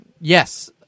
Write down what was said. Yes